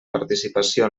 participació